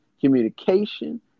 communication